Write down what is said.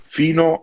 fino